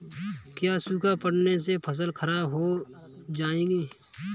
क्या सूखा पड़ने से फसल खराब हो जाएगी?